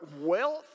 Wealth